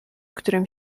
którym